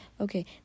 Okay